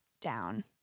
down